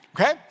Okay